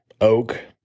Oak